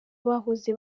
bahoze